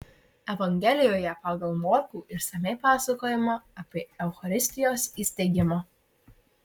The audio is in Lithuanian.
evangelijoje pagal morkų išsamiai pasakojama apie eucharistijos įsteigimą